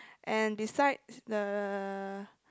and besides the